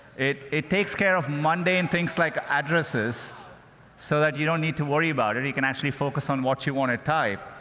it it takes care of mundane things like addresses so you don't need to worry about it you can actually focus on what you want to type.